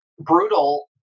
brutal